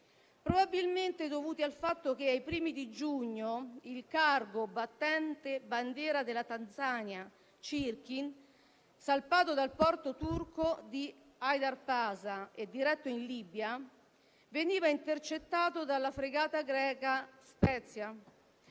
probabilmente dovute al fatto che ai primi di giugno il cargo Cirkin, battente bandiera della Tanzania, salpato dal porto turco di Haydarpasa e diretto in Libia, veniva intercettato dalla fregata greca Hs